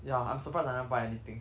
ya I'm surprised I never buy anything